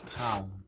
town